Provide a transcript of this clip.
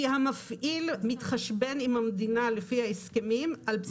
כי המפעיל מתחשבן עם המדינה לפי ההסכמים על בסיס תיקופים.